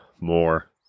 more